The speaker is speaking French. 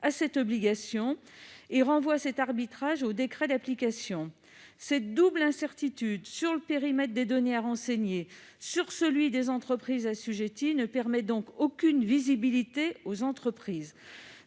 cette obligation, mais il renvoie cet arbitrage au décret d'application. La double incertitude sur le périmètre des données à renseigner et sur celui des entreprises assujetties empêche toute visibilité pour les entreprises.